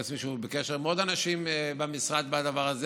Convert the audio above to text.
אני מתאר לעצמי שהוא בקשר עם עוד אנשים במשרד על הדבר הזה.